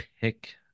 pick